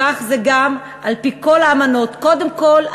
כך זה גם על-פי כל האמנות: קודם כול,